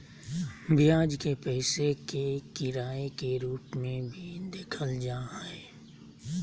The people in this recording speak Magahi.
ब्याज के पैसे के किराए के रूप में भी देखल जा हइ